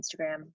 Instagram